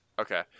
Okay